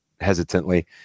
hesitantly